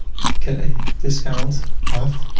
get a discount off